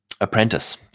apprentice